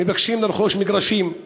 ומבקשים לרכוש מגרשים.